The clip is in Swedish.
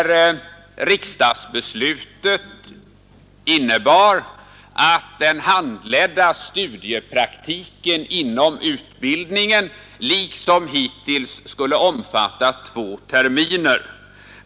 Riksdagsbeslutet innebar att den handledda studiepraktiken i socionomutbildningen liksom hittills skulle omfatta två terminer.